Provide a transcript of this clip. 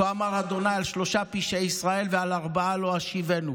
"כה אמר ה' על שלשה פשעי ישראל ועל ארבעה לא אשיבנו.